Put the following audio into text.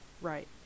Right